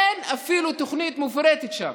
אין אפילו תוכנית מפורטת שם.